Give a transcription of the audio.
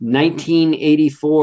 1984